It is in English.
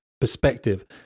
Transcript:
perspective